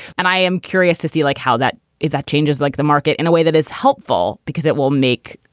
and i am curious to see like how that is. that changes like the market in a way that is helpful because it will make,